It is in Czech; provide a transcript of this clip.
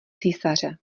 císaře